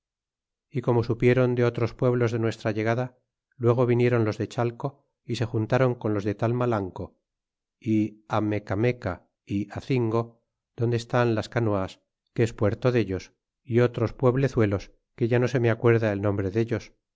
é como supiéron de otros pueblos de nuestra llegada luego vinieron los de chateo é se juntron con los de talrnalanco é mecameca é acingo donde estan las canoas que es puerto dellos é otros pueblezuelos que ya no se me acuerda el nombre dellos